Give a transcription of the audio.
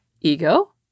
Ego